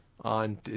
on